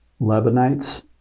Lebanites